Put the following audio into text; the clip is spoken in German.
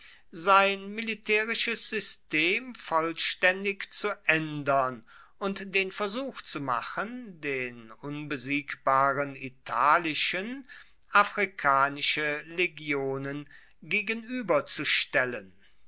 sein militaerisches system vollstaendig zu aendern und den versuch zu machen den unbesiegbaren italischen afrikanische legionen gegenueberzustellen